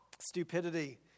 stupidity